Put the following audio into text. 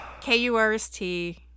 K-U-R-S-T